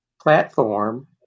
platform